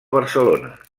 barcelona